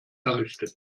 errichtet